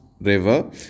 river